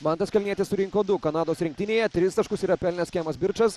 mantas kalnietis surinko du kanados rinktinėje tris taškus yra pelnęs kemas birčas